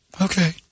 Okay